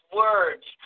words